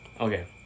okay